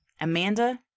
Amanda